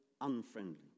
unfriendly